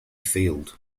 failed